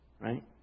right